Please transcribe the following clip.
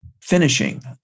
Finishing